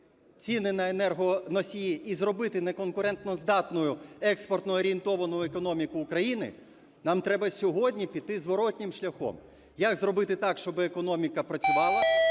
ціни на енергоносії і зробити неконкурентоздатною експортноорієнтовану економіку України, нам треба сьогодні піти зворотнім шляхом: як зробити так, щоби економіка працювала,